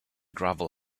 gravel